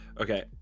Okay